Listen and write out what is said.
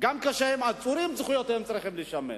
גם כשהם עצורים זכויותיהם צריכות להישמר.